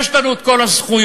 יש לנו כל הזכויות,